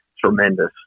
tremendous